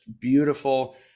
beautiful